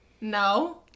No